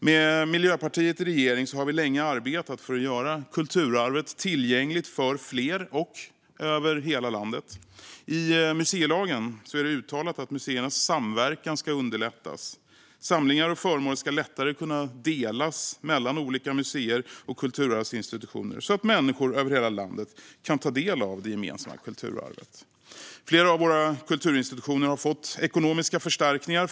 Med Miljöpartiet i regering har vi länge arbetat för att göra kulturarvet tillgängligt för fler och över hela landet. I museilagen är det uttalat att museernas samverkan ska underlättas. Samlingar och föremål ska lättare kunna delas mellan olika museer och kulturarvsinstitutioner så att människor över hela landet kan ta del av det gemensamma kulturarvet. Flera av våra kulturinstitutioner har fått ekonomiska förstärkningar.